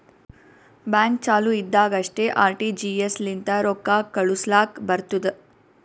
bank ಚಾಲು ಇದ್ದಾಗ್ ಅಷ್ಟೇ ಆರ್.ಟಿ.ಜಿ.ಎಸ್ ಲಿಂತ ರೊಕ್ಕಾ ಕಳುಸ್ಲಾಕ್ ಬರ್ತುದ್